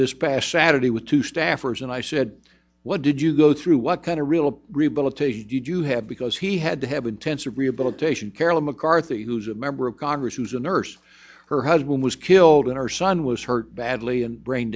this past saturday with two staffers and i said what did you go through what kind of real did you have because he had to have intensive rehabilitation carolyn mccarthy who's a member of congress who's a nurse her husband was killed and her son was hurt badly and brain